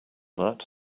that